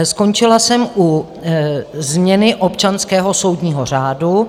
Skončila jsem u změny občanského soudního řádu.